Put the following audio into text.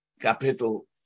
capital